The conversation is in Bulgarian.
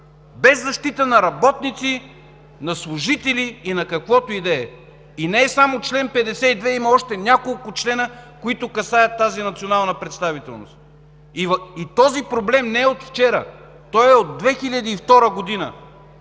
без защита на работници, на служители и на каквото и да е. И не е само чл. 52. Има още няколко члена, които касаят тази национална представителност. Този проблем не е от вчера. Той е от 2002 г.,